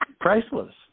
priceless